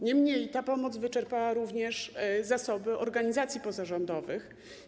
Niemniej ta pomoc wyczerpała również zasoby organizacji pozarządowych.